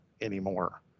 anymore